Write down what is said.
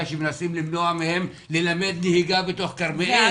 שמנסים למנוע מהם ללמד נהיגה בתוך כרמיאל.